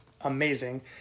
amazing